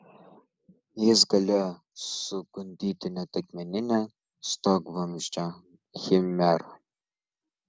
jis galėjo sugundyti net akmeninę stogvamzdžio chimerą